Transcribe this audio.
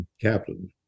captain